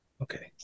Okay